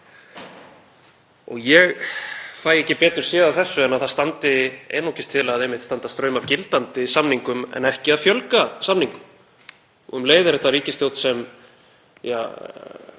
Ég fæ ekki betur séð af þessu en að það standi einungis til að standa straum af gildandi samningum en ekki að fjölga samningum. Um leið er þetta ríkisstjórn sem barði